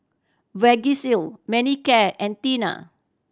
Vagisil Manicare and Tena